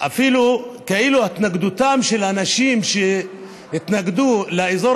כאילו התנגדותם של אנשים שהתנגדו לאזור